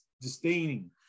disdaining